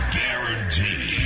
guaranteed